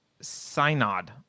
synod